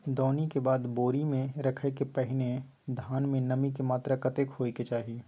दौनी के बाद बोरी में रखय के पहिने धान में नमी के मात्रा कतेक होय के चाही?